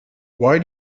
why